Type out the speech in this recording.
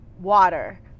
water